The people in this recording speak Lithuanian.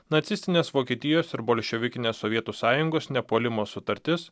nacistinės vokietijos ir bolševikinės sovietų sąjungos nepuolimo sutartis